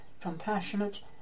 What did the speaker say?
compassionate